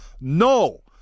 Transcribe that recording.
No